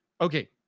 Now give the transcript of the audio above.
okay